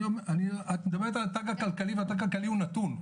את מדברת על התג הכלכלי והתג הכלכלי הוא נתון,